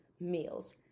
meals